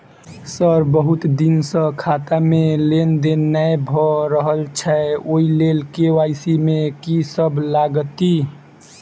Sir बहुत दिन सऽ खाता मे लेनदेन नै भऽ रहल छैय ओई लेल के.वाई.सी मे की सब लागति ई?